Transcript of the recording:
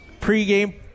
pregame